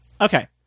Okay